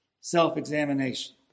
self-examination